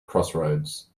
crossroads